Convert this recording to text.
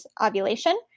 ovulation